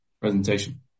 presentation